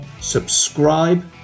subscribe